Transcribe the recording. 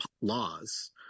laws